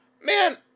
man